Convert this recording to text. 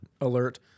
alert